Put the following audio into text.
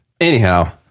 Anyhow